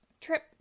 trip